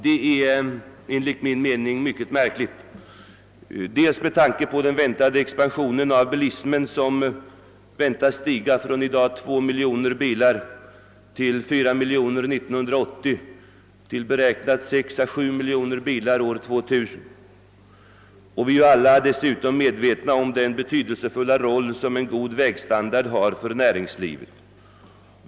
Detta är enligt min mening mycket märkligt, bl.a. med tanke på den väntade expansionen av bilismen; antalet bilar beräknas stiga från 2 miljoner i dag till 4 miljoner år 1980 och 6—7 miljoner år 2000. Vi är alla dessutom medvetna om den betydelsefulla roll som en god vägstandard spelar för näringslivet.